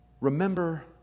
Remember